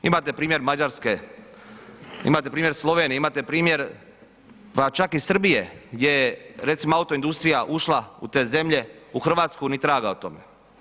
Imate primjer Mađarske, imate primjer Slovenije, imate primjer pa čak i Srbije gdje je recimo autoindustrija ušla u te zemlja u Hrvatsku ni traga o tome.